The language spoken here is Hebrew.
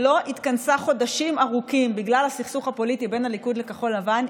שלא התכנסה חודשים ארוכים בגלל הסכסוך הפוליטי בין הליכוד לכחול לבן,